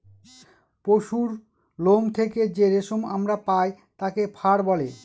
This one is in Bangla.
পশুরলোম থেকে যে রেশম আমরা পায় তাকে ফার বলে